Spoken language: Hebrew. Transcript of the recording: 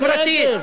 תפסיק, תפסיק.